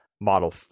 Model